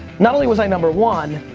not only was i number one